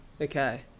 Okay